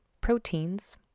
proteins